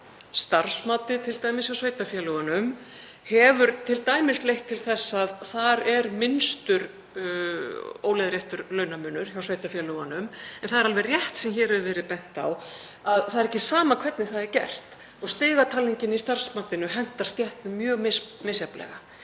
Starfsmatið hjá sveitarfélögunum hefur t.d. leitt til þess að þar er minnstur óleiðréttur launamunur hjá sveitarfélögunum. En það er alveg rétt sem hér hefur verið bent á að það er ekki sama hvernig það er gert og stigatalningin í starfsmatinu hentar stéttum mjög misjafnlega.